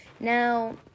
Now